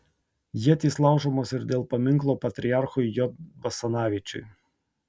ietys laužomos ir dėl paminklo patriarchui j basanavičiui